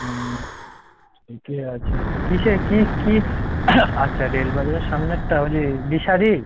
হুম কে আছে কীসের কী কী আচ্ছা রেল বাজারের সামনেরটা ওই যে দিশারি